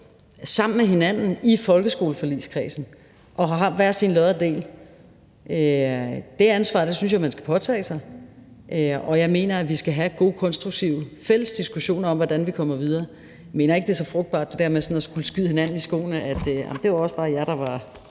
sammen med hinanden i folkeskoleforligskredsen og har hver sin lod og del i det. Det ansvar synes jeg man skal påtage sig, og jeg mener, at vi skal have gode, konstruktive fælles diskussioner om, hvordan vi kommer videre. Jeg mener ikke, det er så frugtbart at skulle skyde hinanden i skoene, at det også bare var de andre,